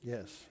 Yes